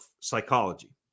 psychology